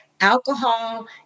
alcohol